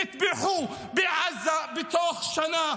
נטבחו בעזה בתוך שנה.